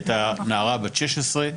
היא הייתה נערה בת 16,